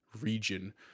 region